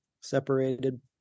separated